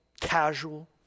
casual